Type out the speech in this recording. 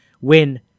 win